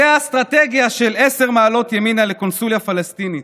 זאת האסטרטגיה של עשר מעלות ימינה לקונסוליה פלסטינית,